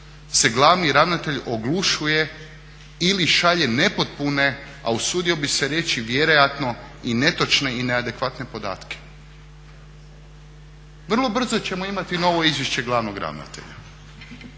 se glavni ravnatelj oglušuje ili šalje nepotpune, a usudio bih se reći vjerojatno i netočne i neadekvatne podatke? Vrlo brzo ćemo imati novo izvješće glavnog ravnatelja,